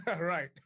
right